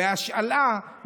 בהשאלה,